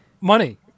Money